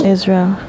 Israel